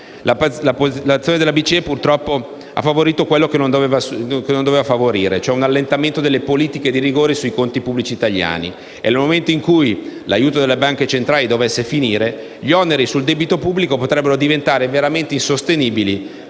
L'azione della BCE, purtroppo, ha favorito quello che non doveva succedere, un allentamento delle politiche di rigore sui conti pubblici italiani. E nel momento in cui l'aiuto della Banca centrale dovesse finire, gli oneri sul debito pubblico potrebbero diventare veramente insostenibili